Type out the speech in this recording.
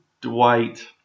Dwight